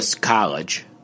college